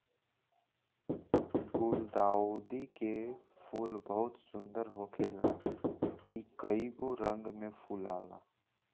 गुलदाउदी के फूल बहुत सुंदर होखेला इ कइगो रंग में फुलाला